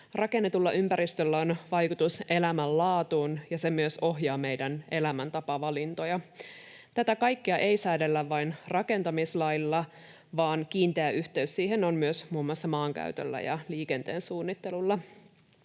Rakennetulla ympäristöllä on vaikutus elämänlaatuun, ja se myös ohjaa meidän elämäntapavalintoja. Tätä kaikkea ei säädellä vain rakentamislailla, vaan kiinteä yhteys siihen on myös muun muassa maankäytöllä ja liikenteen suunnittelulla.